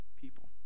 people